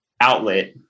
outlet